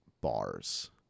bars